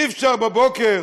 אי-אפשר בבוקר